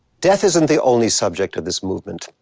death isn't the only subject of this movement.